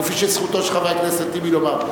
כפי שזכותו של חבר הכנסת טיבי לומר,